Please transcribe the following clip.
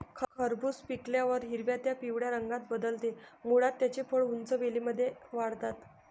खरबूज पिकल्यावर हिरव्या ते पिवळ्या रंगात बदलते, मुळात त्याची फळे उंच वेलींमध्ये वाढतात